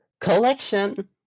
collection